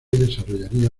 desarrollaría